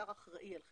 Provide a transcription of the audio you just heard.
שר אחראי על חברה.